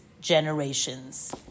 generations